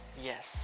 Yes